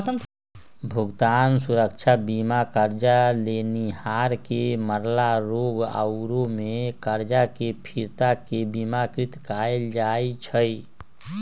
भुगतान सुरक्षा बीमा करजा लेनिहार के मरला, रोग आउरो में करजा के फिरता के बिमाकृत कयल जाइ छइ